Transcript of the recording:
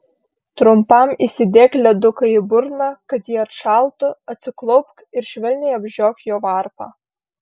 trumpam įsidėk leduką į burną kad ji atšaltų atsiklaupk ir švelniai apžiok jo varpą